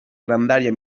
grandària